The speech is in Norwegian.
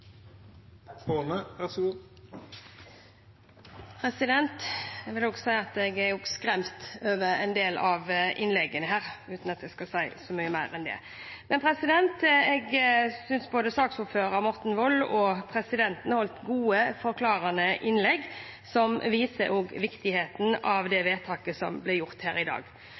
skremt over en del av innleggene, uten at jeg skal si så mye mer enn det. Jeg synes både saksordføreren Morten Wold og presidenten holdt gode, forklarende innlegg, som viser viktigheten av det vedtaket som blir fattet i dag.